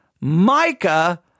Micah